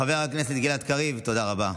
חבר הכנסת גלעד קריב, תודה רבה.